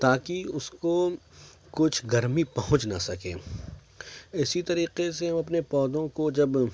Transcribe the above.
تا کہ اس کو کچھ گرمی پہنچ نہ سکے اسی طریقے سے ہم اپنے پودوں کو جب